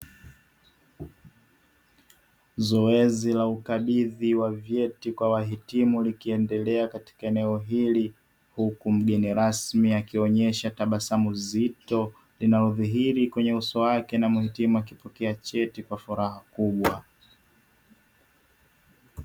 Zoezi la ukabidhi wa vyeti kwa wahitimu likiendelea katika eneo hili. Huku mgeni rasmi akionyesha tabasamu zito linalodhihiri kwenye uso wake na mhitimu akipokea cheti kwa furaha kubwa.